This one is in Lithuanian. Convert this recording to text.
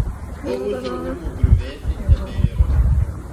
buvusių rūmų griuvėsiai tebeiro